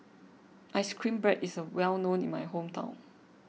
Ice Cream Bread is well known in my hometown